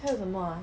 还有什么 ah